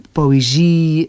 poëzie